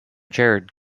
chaired